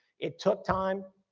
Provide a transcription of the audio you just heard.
it took time,